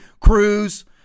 Cruz